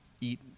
eat